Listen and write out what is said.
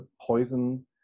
poison